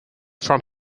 from